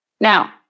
Now